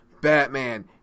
Batman